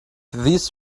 this